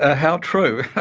ah how true,